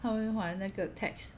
他们还那个 tax